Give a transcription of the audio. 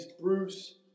Bruce